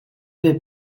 were